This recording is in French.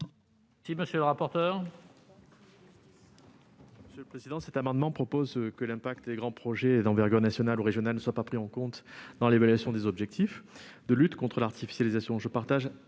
la commission des affaires économiques ? L'objet de cet amendement est que l'impact des grands projets d'envergure nationale ou régionale ne soit pas pris en compte dans l'évaluation des objectifs de lutte contre l'artificialisation. Je partage